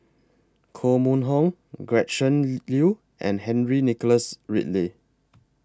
Koh Mun Hong Gretchen Liu and Henry Nicholas Ridley